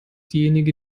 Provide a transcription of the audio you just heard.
diejenige